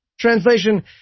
Translation